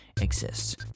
exists